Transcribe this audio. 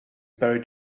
buried